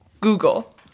Google